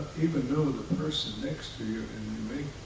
even know the person next to you and you make